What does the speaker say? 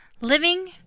Living